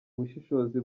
bushishozi